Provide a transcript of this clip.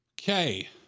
Okay